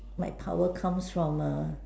my power comes from err